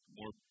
more